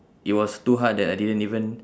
it was too hard that I didn't even